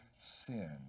sin